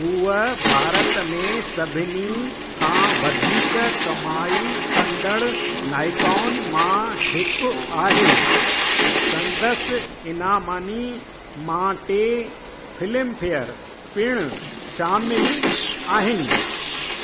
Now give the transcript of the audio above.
हूअ भारत में सभिनी खां वधीक कमाई कंदड़ नाइकाउनि मां हिकु आहे संदसि इनामनि मां टे फ़िल्मफ़ेयर पिणु शामिलु आहिनि